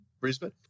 Brisbane